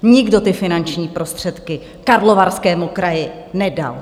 Nikdo ty finanční prostředky Karlovarskému kraji nedal.